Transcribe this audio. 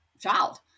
child